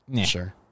sure